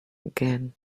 again